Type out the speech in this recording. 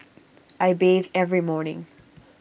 I bathe every morning